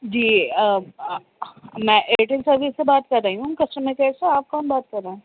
جی میں agent service سے بات کر رہی ہوں کسٹمر کئیر سے آپ کون بات کر رہے ہیں